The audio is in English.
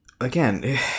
again